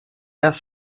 ask